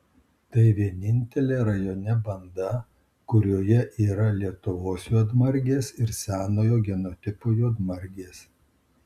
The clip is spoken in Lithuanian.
tai vienintelė rajone banda kurioje yra lietuvos juodmargės ir senojo genotipo juodmargės